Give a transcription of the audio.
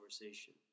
conversation